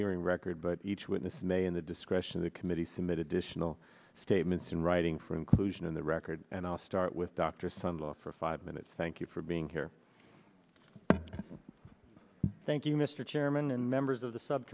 hearing record but each witness may in the discretion of the committee submit additional statements in writing for inclusion in the record and i'll start with dr sunlight for five minutes thank you for being here thank you mr chairman and members of the sub